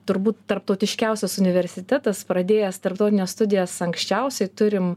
turbūt tarptautiškiausias universitetas pradėjęs tarptautines studijas anksčiausiai turim